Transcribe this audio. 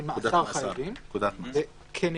של מאסר חייבים וכנגדו,